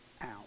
out